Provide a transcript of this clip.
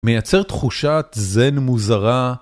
מייצר תחושת זן מוזרה.